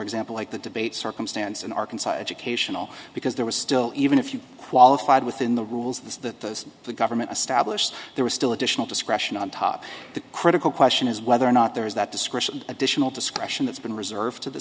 example like the debate circumstance in arkansas educational because there was still even if you qualified within the rules that the government established there was still additional discretion on top the critical question is whether or not there is that discretion additional discretion that's been reserved to the